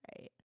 right